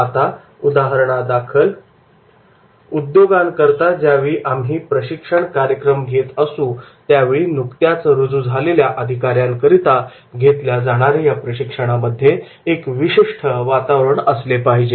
आता उदाहरणादाखल उद्योगांकरता ज्यावेळी आम्ही प्रशिक्षण कार्यक्रम घेत असू त्यावेळी नुकत्याच रुजू झालेल्या अधिकाऱ्यांकरिता घेतल्या जाणाऱ्या या प्रशिक्षणामध्ये एक विशिष्ट वातावरण असले पाहिजे